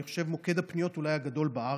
אני חושב שזה אולי מוקד הפניות הגדול בארץ.